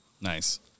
Nice